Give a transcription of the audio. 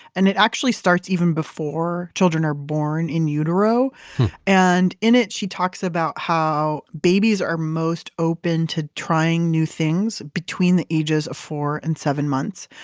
and it actually starts even before children are born, in utero and in it she talks about how babies are most open to trying new things between the ages of four and seven months.